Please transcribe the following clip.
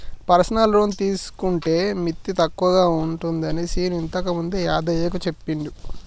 personal loan తీసుకుంటే మిత్తి తక్కువగా ఉంటుందని శీను ఇంతకుముందే యాదయ్యకు చెప్పిండు